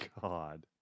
God